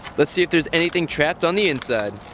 let's see if there's anything trapped on the inside.